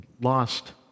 lost